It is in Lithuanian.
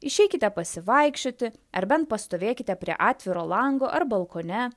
išeikite pasivaikščioti ar bent pastovėkite prie atviro lango ar balkone